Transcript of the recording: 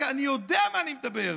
אני יודע על מה אני מדבר,